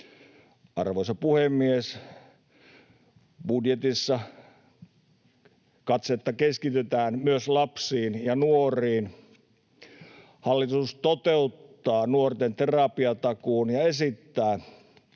Arvoisa puhemies! Budjetissa katsetta keskitetään myös lapsiin ja nuoriin. Hallitus toteuttaa nuorten terapiatakuun ja esittää